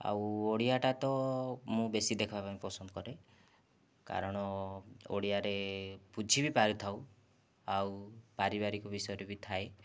ଆଉ ଓଡ଼ିଆଟା ତ ମୁଁ ବେଶୀ ଦେଖିବା ପାଇଁ ପସନ୍ଦ କରେ କାରଣ ଓଡ଼ିଆରେ ବୁଝିବି ପରିଥାଉ ଆଉ ପାରିବାରିକ ବିଷୟରେ ବି ଥାଏ